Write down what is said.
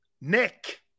Nick